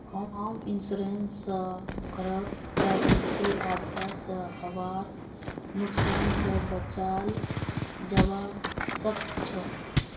home insurance स घरक प्राकृतिक आपदा स हबार नुकसान स बचाल जबा सक छह